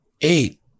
eight